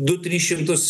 du tris šimtus